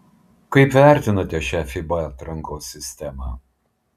kaip vertinate šią fiba atrankos sistemą